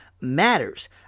matters